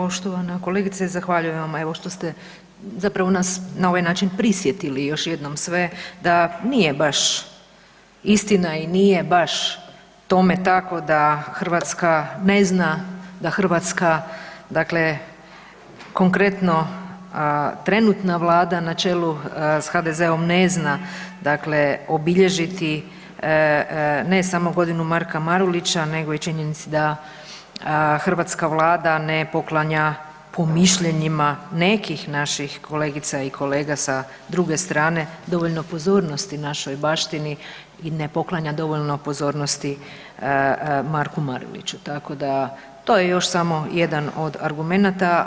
Poštovana kolegice, zahvaljujem vam evo što ste zapravo nas na ovaj način prisjetili još jednom sve da nije baš istina i nije baš tome tako da Hrvatska ne zna, da Hrvatska dakle konkretno trenutna Vlada na čelu s HDZ-om ne zna obilježiti ne samo Godinu Marka Marulića nego i činjenici da hrvatska Vlada ne poklanja po mišljenjima nekih naših kolegica i kolega sa druge strane dovoljno pozornosti našoj baštini i ne poklanja dovoljno pozornosti Marku Maruliću, tako da to je još samo jedan od argumenata.